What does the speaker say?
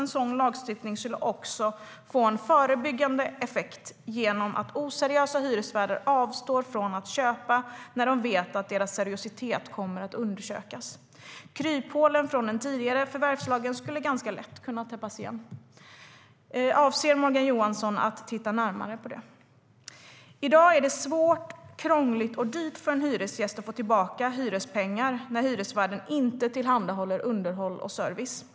En sådan lagstiftning skulle också få en förebyggande effekt genom att oseriösa hyresvärdar avstår från att köpa när de vet att deras seriositet kommer att undersökas. Kryphålen från den tidigare förvärvslagen skulle ganska lätt kunna täppas igen. Avser Morgan Johansson att titta närmare på detta? I dag är det svårt, krångligt och dyrt för en hyresgäst att få tillbaka hyrespengar när hyresvärden inte tillhandahåller underhåll och service.